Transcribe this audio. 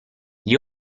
gli